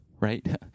right